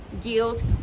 guilt